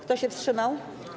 Kto się wstrzymał?